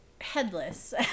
headless